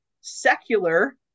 secular